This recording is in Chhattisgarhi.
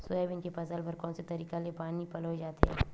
सोयाबीन के फसल बर कोन से तरीका ले पानी पलोय जाथे?